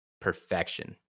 perfection